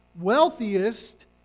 wealthiest